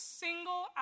single